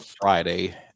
Friday